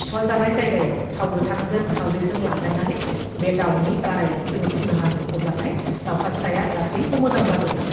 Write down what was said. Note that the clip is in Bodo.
सिथर जानाय जायगायाव थाव गोथांजों हालदैजों लागायनानै बे दाउनि गाराइयाव जोङो फुननो नांगौ अब्लाथाइ दाउसा फिसाया गासैबो मोजां जाजोबगोन